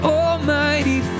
almighty